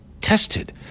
tested